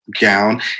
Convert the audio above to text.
gown